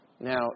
Now